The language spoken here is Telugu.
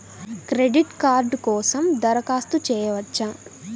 క్రెడిట్ కార్డ్ కోసం దరఖాస్తు చేయవచ్చా?